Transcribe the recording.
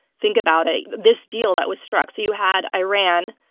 think about it. this deal that was struck, so you had iran,